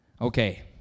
Okay